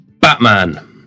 Batman